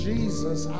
Jesus